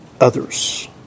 others